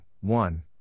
one